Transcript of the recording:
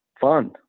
fun